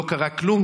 לא קרה כלום.